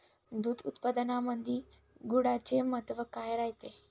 दूध उत्पादनामंदी गुळाचे महत्व काय रायते?